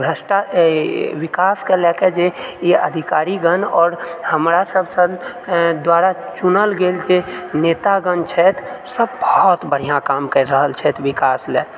भ्रष्टा विकासके लए के जे ई अधिकारीगण आओर हमरासब सन द्वारा चुनल गेल जे नेतागण छथि सभ बहुत बढ़िआँ काम करि रहल छथि विकास लए